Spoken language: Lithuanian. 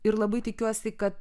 ir labai tikiuosi kad